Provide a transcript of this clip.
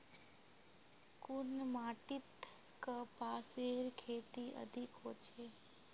कुन माटित कपासेर खेती अधिक होचे?